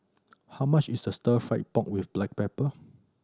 how much is the Stir Fry pork with black pepper